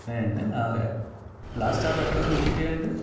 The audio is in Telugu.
ఉన్నయాండి లాస్ట్ స్టాప్ ఎక్కడ అండి ఊటీయంటే